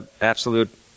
Absolute